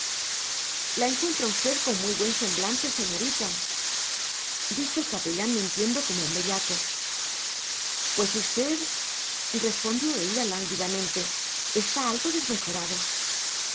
encuentro a usted con muy buen semblante señorita dijo el capellán mintiendo como un bellaco pues usted respondió ella lánguidamente está algo desmejorado